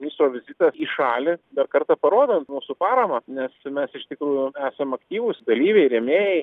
viso vizito į šalį dar kartą parodo mūsų paramą nes mes iš tikrųjų esam aktyvūs dalyviai rėmėjai